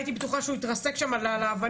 הייתי בטוחה שהוא יתרסק שם על האבנים